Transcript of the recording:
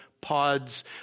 pods